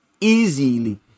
easily